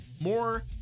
More